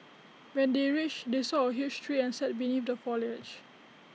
when they reached they saw A huge tree and sat beneath the foliage